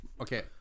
Okay